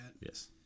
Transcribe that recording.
Yes